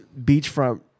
beachfront